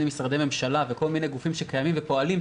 משרדי ממשלה וכל מיני גופים שקיימים ופועלים,